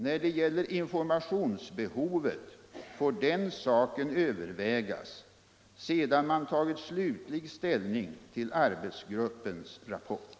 | När det gäller informationsbehovet får den saken övervägas sedan man tagit slutlig ställning till arbetsgruppens rapport.